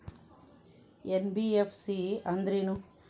NBFC ಅಂದ್ರೇನು?